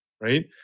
Right